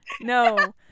No